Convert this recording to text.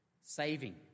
saving